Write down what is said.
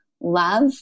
love